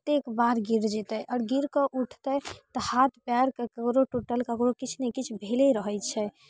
कतेक बार गिर जेतै आओर गिरके उठतै तऽ हाथ पयर ककरो टूटल ककरो किछु भेले रहै छै